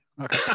okay